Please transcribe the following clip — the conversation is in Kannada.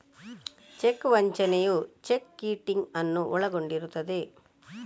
ಚೆಕ್ ವಂಚನೆಯು ಚೆಕ್ ಕಿಟಿಂಗ್ ಅನ್ನು ಒಳಗೊಂಡಿರುತ್ತದೆ